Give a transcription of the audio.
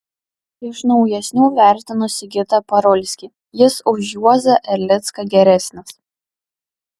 iš naujesnių vertinu sigitą parulskį jis už juozą erlicką geresnis